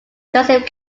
joseph